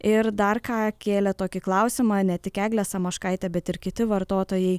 ir dar ką kėlė tokį klausimą ne tik eglė samoškaitė bet ir kiti vartotojai